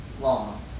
long